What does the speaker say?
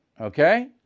Okay